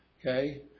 Okay